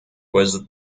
was